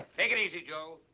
take it easy, joe.